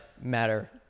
matter